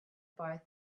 boy